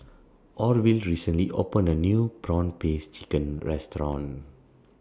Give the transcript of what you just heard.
Orville recently opened A New Prawn Paste Chicken Restaurant